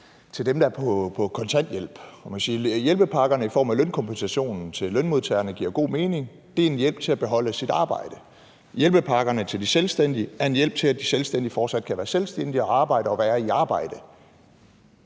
til dem, der er på kontanthjælp. Jeg må sige, at hjælpepakkerne i form af lønkompensation til lønmodtagerne giver god mening – det er en hjælp til, at de kan beholde deres arbejde. Hjælpepakkerne til de selvstændige er en hjælp til, at de selvstændige fortsat kan være selvstændige og være i arbejde.